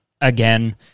again